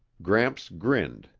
gramps grinned,